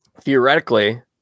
theoretically